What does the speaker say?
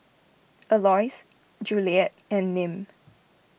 Alois Juliette and Nim